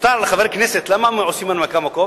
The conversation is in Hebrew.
על-פי התקנון, למה עושים הנמקה מהמקום?